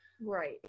right